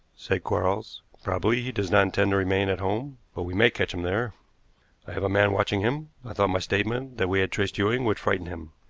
said quarles. probably he does not intend to remain at home, but we may catch him there. i have a man watching him. i thought my statement that we had traced ewing would frighten him.